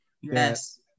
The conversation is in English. Yes